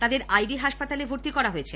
তাদের আইডি হাসপাতালে ভর্তি করা হয়েছে